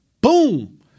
Boom